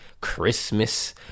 christmas